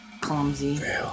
clumsy